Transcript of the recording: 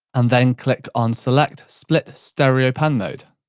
and then click on select split stereo pan mode.